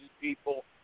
people